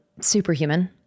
Superhuman